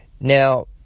Now